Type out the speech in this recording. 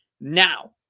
now